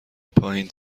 پایین